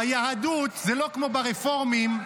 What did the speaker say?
ביהדות זה לא כמו אצל הרפורמים.